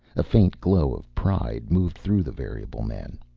a faint glow of pride moved through the variable man.